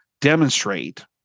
demonstrate